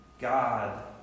God